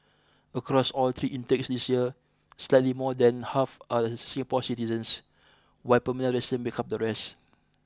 across all three intakes this year slightly more than half are Singapore citizens while permanent residents make up the rest